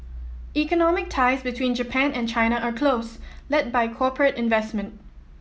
economic ties between Japan and China are close led by corporate investment